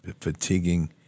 fatiguing